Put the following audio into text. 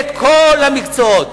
את כל המקצועות.